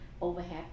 overhead